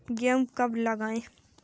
गेहूँ कब लगाएँ?